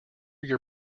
your